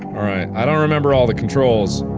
alright i don't remember all the controls.